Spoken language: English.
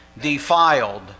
defiled